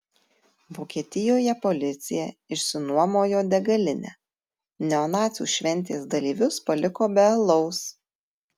vokietijoje policija išsinuomojo degalinę neonacių šventės dalyvius paliko be alaus